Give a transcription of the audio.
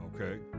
okay